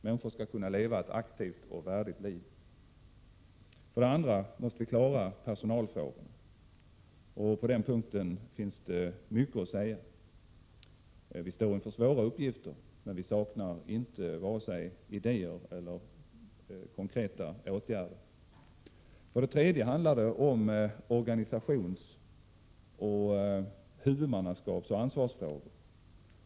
Människor skall kunna leva ett aktivt och värdigt liv. För det andra måste vi klara personalfrågorna. På den punkten finns det mycket att säga. Vi står inför svåra uppgifter, men vi saknar inte vare sig idéer eller möjligheter att vidta konkreta åtgärder. För det tredje handlar det om organisations-, huvudmannaskapsoch ansvarsfrågor.